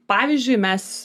pavyzdžiui mes